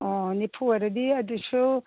ꯑꯣ ꯅꯤꯐꯨ ꯑꯣꯏꯔꯗꯤ ꯑꯗꯨꯁꯨ